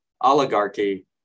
oligarchy